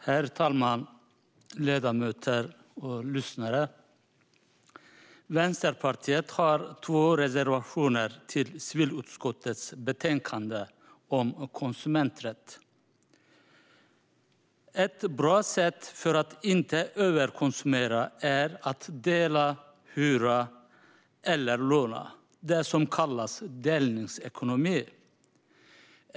Herr talman! Ledamöter och lyssnare! Vänsterpartiet har två reservationer i civilutskottets betänkande om konsumenträtt. Ett bra sätt att inte överkonsumera är att dela, hyra eller låna, det som kallas delningsekonomi.